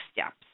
steps